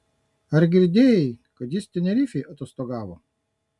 ar girdėjai kad jis tenerifėj atostogavo